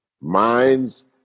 minds